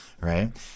right